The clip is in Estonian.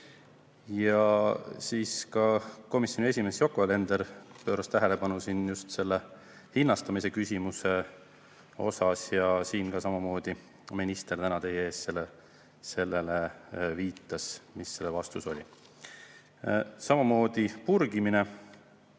ei hakka. Komisjoni esimees Yoko Alender pööras tähelepanu just selle hinnastamise küsimusele. Siin samamoodi minister täna teie ees sellele viitas, mis see vastus oli. Samamoodi purgimine,